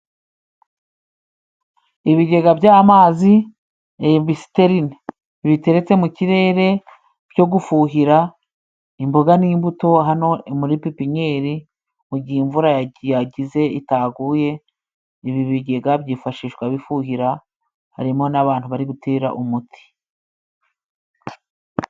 Ibigega by'amazi, ibisiterine biteretse mu kirere byo gufuhira imboga n'imbuto hano muri pepiniyeri mu gihe imvura yagize itaguye, ibi bigega byifashishwa bifuhira harimo n'abantu bari gutera umuti.